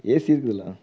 AC இருக்குதுல்ல